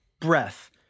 breath